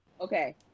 okay